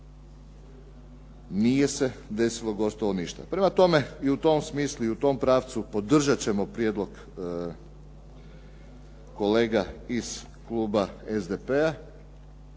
nije se desilo gotovo ništa. Prema tome, i u tom smislu i u tom pravcu podržati ćemo prijedlog kolega iz Kluba SDP-a,